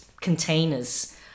containers